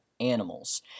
Animals